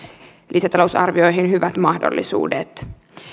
lisätalousarvioihin hyvät mahdollisuudet